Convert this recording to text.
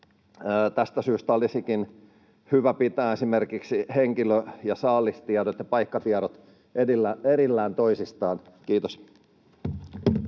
tästä syystä olisikin hyvä pitää esimerkiksi henkilö- ja saalistiedot ja paikkatiedot erillään toisistaan. — Kiitos.